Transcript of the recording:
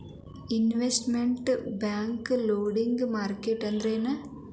Internet bank lending market ಅಂದ್ರೇನು?